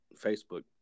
Facebook